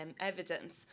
evidence